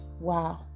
wow